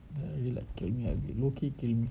really like killing me ah low key killing me